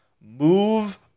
move